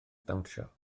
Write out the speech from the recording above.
dawnsio